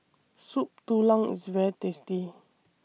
Soup Tulang IS very tasty